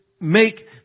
make